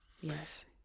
Yes